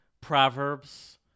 proverbs